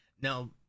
Now